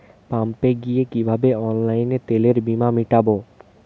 পাম্পে গিয়ে কিভাবে অনলাইনে তেলের বিল মিটাব?